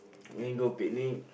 we go picnic